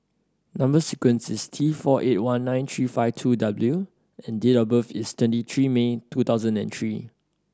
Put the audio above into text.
number sequence is T four eight one nine three five two W and date of birth is twenty three May two thousand and three